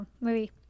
movie